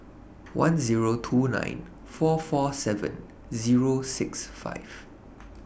one Zero two nine four four seven Zero six five